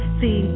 see